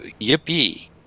yippee